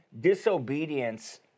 Disobedience